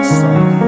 song